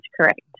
correct